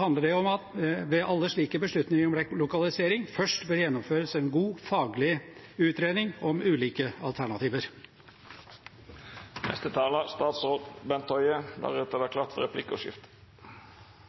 handler det om at det ved alle slike beslutninger om lokalisering først bør gjennomføres en god, faglig utredning om ulike alternativer. Regjeringen har som mål å gjøre helsedata lettere tilgjengelig for